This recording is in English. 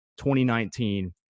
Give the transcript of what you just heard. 2019